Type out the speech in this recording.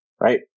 right